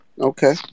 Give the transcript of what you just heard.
Okay